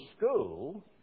school